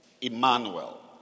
Emmanuel